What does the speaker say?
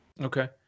Okay